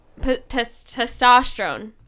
Testosterone